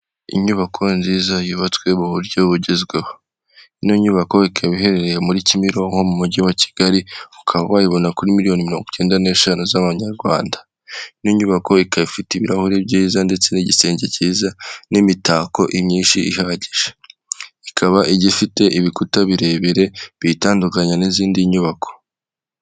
Inyubako nziza yubatswe mu buryo bugezweho. Ino nyubako ikaba iherereye muri Kimironko mu mujyi wa Kigali, ukaba wayibona kuri miliyoni mirongo ikenda n'eshanu z'amanyarwanda. Ino nyubako ikaba ifite ibirahuri byiza ndetse igisenge kiza n'imitako imyinshi ihagije. Ikaba igiye ifite ibikuta birebire biyitandukanya n'izindi nyubako.